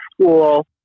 school